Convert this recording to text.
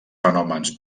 fenòmens